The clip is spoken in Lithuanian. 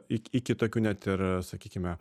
iki tokių net ir sakykime